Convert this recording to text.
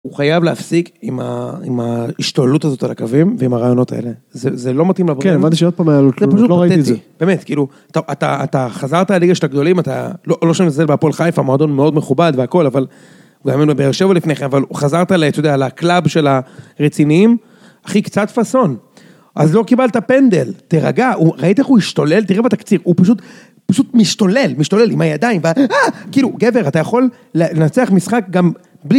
הוא חייב להפסיק עם ה... עם ההשתוללות הזאת על הקווים ועם הרעיונות האלה. זה לא מתאים לבוקר. - כן, הבנתי שעוד פעם היה... לא ראיתי את זה. - באמת, כאילו, אתה... אתה... אתה חזרת לליגה של הגדולים, אתה... לא שאני מזלזל בהפועך חיפה, מועדון מאוד מכובד והכול, אבל גם היה בבאר-שבע לפני כן, אבל חזרת, אתה יודע, לקלאב של הרציניים, אחי, קצת פאסון. אז לא קיבלת פנדל, תרגע. ראית איך הוא השתולל? תראה בתקציר, הוא פשוט... הוא פשוט משתולל, משתולל עם הידיים... כאילו, גבר, אתה יכול לנצח משחק גם בלי...